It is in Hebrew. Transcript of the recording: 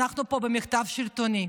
אנחנו פה במחטף שלטוני.